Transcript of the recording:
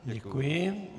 Děkuji.